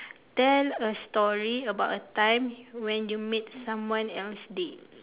tell a story about a time when you made someone else day